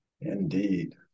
Indeed